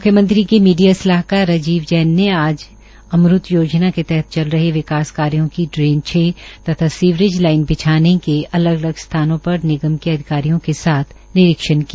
म्ख्यमंत्री के मीडिया सलाहकार राजीव जैन ने अम्रत योजना के तहत चल रहे कार्यो की ड्रेन छ तथा सीवरेज लाइन बिछाने के अलग अलग स्थानों पर निगम के अधिकारियों के साथ निरीक्षण किया